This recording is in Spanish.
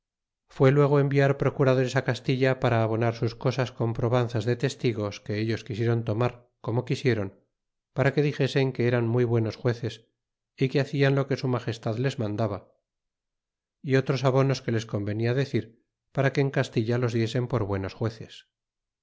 fue luego enviar procuradores á castilla para abonar sus cosas con probanzas de testigos que ellos quisieron tomar como quisieron para que dixesen que eran muy buenos jueces y que hacian lo que su magestad les mandaba y otros abonos que les convenia decir para que en castilla los diesen por buenos jueces